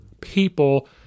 people